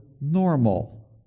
normal